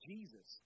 Jesus